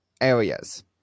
areas